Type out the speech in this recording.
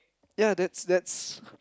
ya that's that's